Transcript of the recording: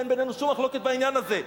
ואין בינינו שום מחלוקת בעניין הזה.